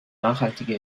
nachhaltige